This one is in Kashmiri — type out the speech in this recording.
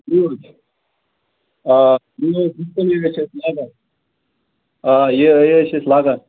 کرٚیوٗچ آ کرٛیوٗچ ڈِسپیلے حظ چھِ أسۍ لَاگان آ یہِ یہِ یِہےَ چھِ أسۍ لَاگان